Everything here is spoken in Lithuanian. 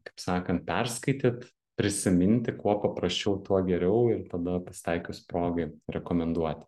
kaip sakant perskaityt prisiminti kuo paprasčiau tuo geriau ir tada pasitaikius progai rekomenduoti